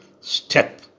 step